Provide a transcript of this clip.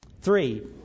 Three